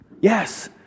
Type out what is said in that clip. Yes